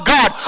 God